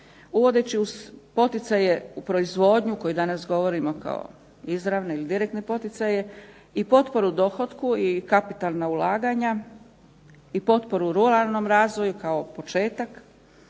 uvodeći uz poticaje u proizvodnju koju danas govorimo kao izravne ili direktne poticaje i potporu dohotku i kapitalna ulaganja i potporu ruralnom razvoju kao početak